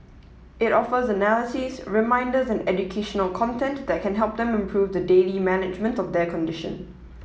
it offers analyses reminders and educational content that can help them improve the daily management of their condition